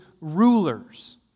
rulers